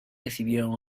recibieron